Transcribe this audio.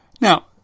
now